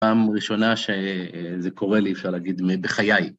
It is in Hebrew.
פעם ראשונה שזה קורה לי, אפשר להגיד, בחיי.